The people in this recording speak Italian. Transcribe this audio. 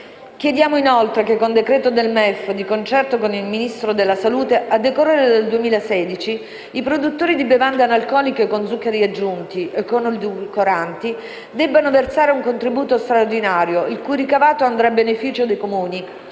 Chiediamo inoltre che con decreto del MEF, di concerto con il Ministro della salute, a decorrere dal 2016, i produttori di bevande analcoliche con zuccheri aggiunti o con edulcoranti debbano versare un contributo straordinario il cui ricavato andrà a beneficio dei Comuni